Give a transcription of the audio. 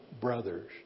brothers